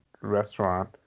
restaurant